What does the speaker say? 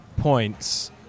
points